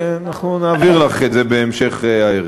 אנחנו נעביר לך את זה בהמשך הערב.